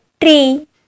tree